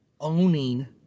owning